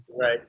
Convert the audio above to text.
right